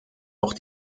auch